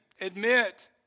Admit